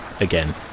again